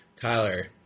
Tyler